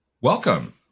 Welcome